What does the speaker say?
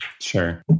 Sure